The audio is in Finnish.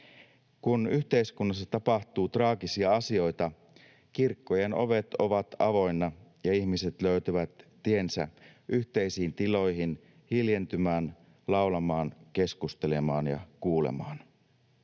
Kun yhteiskunnassa tapahtuu traagisia asioita, kirkkojen ovet ovat avoinna ja ihmiset löytävät tiensä yhteisiin tiloihin hiljentymään, laulamaan, keskustelemaan ja kuulemaan.